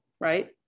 right